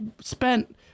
spent